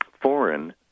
foreign